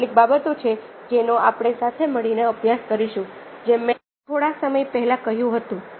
આ કેટલીક બાબતો છે જેનો આપણે સાથે મળીને અભ્યાસ કરીશું જેમ મેં થોડા સમય પહેલા કહ્યું હતું